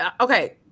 Okay